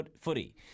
footy